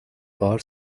bar